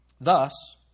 Thus